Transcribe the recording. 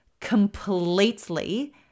completely